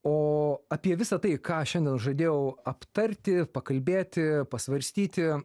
o apie visa tai ką šiandien žadėjau aptarti pakalbėti pasvarstyti